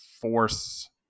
force